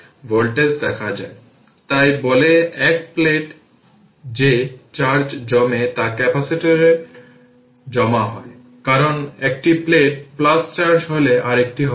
এটিতে 3 মাইক্রোফ্যারাড দেওয়া হয় q cv তাই c হল 3 মাইক্রোফ্যারাড মানে 310 থেকে পাওয়ার 6 ফ্যারাড এবং ভোল্টেজ 20 ভোল্ট তাই এটি 60 মাইক্রো কুলম্ব